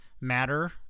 matter